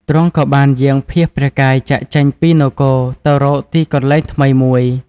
ទ្រង់ក៏បានយាងភៀសព្រះកាយចាកចេញពីនគរ ទៅរកទីកន្លែងថ្មីមួយ។